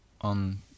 on